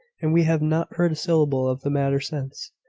and we have not heard a syllable of the matter since.